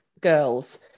girls